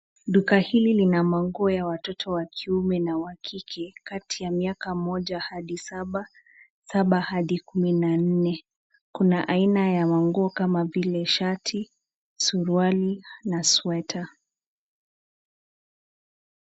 Duka hili lina manguo ya watoto wa kiume na wa kike Kati ya mwaka mmoja hadi saba, saba hadi kumi na nne. Kuna Aina ya manguo kama vile shati, suruali na sweta.